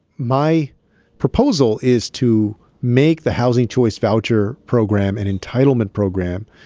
my proposal is to make the housing choice voucher program an entitlement program.